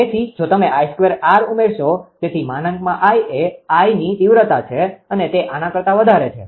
તેથી જો તમે 𝐼2𝑟 ઉમેરશો તેથી |𝐼| એ Iની તીવ્રતા છે અને તે આના કરતા વધારે છે